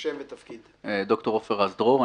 אני ד"ר עופר רז-דרור,